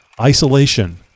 isolation